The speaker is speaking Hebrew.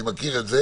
אני מכיר את זה